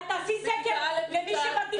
תעשי סקר לגבי התיכון.